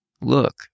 Look